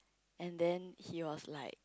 and then he was like